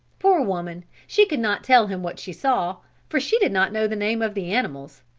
poor woman, she could not tell him what she saw, for she did not know the name of the animals.